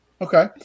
Okay